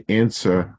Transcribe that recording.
answer